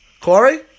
Corey